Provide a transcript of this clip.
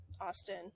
Austin